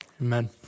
amen